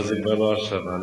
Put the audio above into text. זה כבר לא השנה.